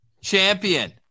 champion